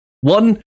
one